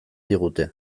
digute